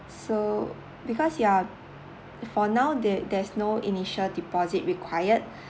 so because you're for now there there's no initial deposit required